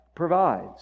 Provides